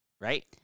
Right